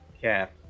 cap